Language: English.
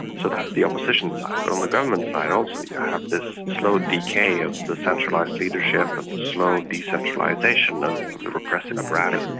so that's the opposition side. but on the government side also you have this slow decay of the centralised leadership and the slow decentralisation of of the repressive apparatus,